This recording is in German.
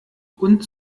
und